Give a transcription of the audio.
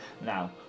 now